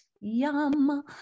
yum